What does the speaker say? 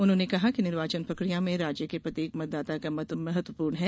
उन्होंने कहा कि निर्वाचन प्रक्रिया में राज्य के प्रत्येक मतदाता का मत महत्वपूर्ण है